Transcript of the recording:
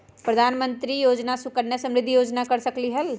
प्रधानमंत्री योजना सुकन्या समृद्धि योजना कर सकलीहल?